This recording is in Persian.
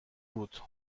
بود